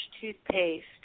toothpaste